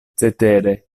cetere